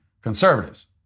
conservatives